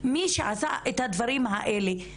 מי שעשה את הדברים האלה,